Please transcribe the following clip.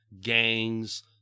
gangs